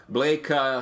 Blake